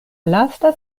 lasta